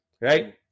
right